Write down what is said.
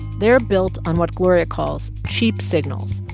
they're built on what gloria calls cheap signals,